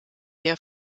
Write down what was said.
der